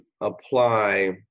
apply